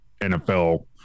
NFL